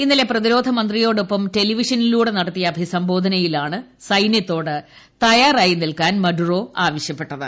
ഇന്നലെ പ്രതിരോധ മന്ത്രിയോടൊപ്പം ടെലിവിഷനിലൂടെ നടത്തിയ അഭിസംബോധനയിലാണ് സൈന്യത്തോട് തയ്യാറായി നിൽക്കാൻ മഡ്റോ ആവശ്യപ്പെട്ടത്